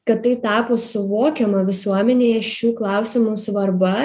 kad tai tapo suvokiama visuomenėje šių klausimų svarba